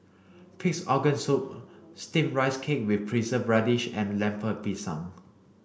peace organ soup steamed rice cake with preserved radish and Lemper Pisang